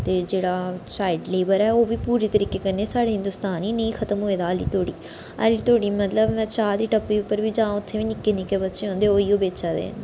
ते जेह्ड़ा चाइल्ड लेवर ऐ ओह् बी पूरे तरीके कन्नै साढ़े हिंदोस्तान च नेईं खतम होए दा अल्ली धोड़ी अल्ली धोड़ी मतलब में चाह् दी टप्पी उप्पर बी जां उत्थे बी निक्के निक्के बच्चे होंदे ओह् इयो बेचा दे